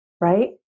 right